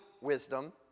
wisdom